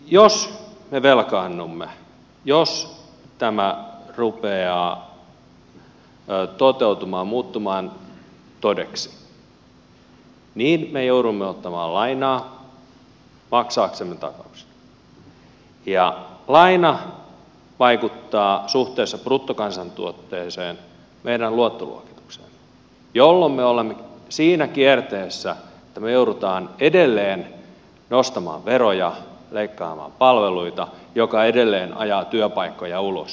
jos me velkaannumme jos tämä rupeaa toteutumaan muuttumaan todeksi niin me joudumme ottamaan lainaa maksaaksemme takaisin laina vaikuttaa suhteessa bruttokansantuotteeseen meidän luottoluokitukseemme jolloin me olemme siinä kierteessä että me joudumme edelleen nostamaan veroja leikkaamaan palveluita mikä edelleen ajaa työpaikkoja ulos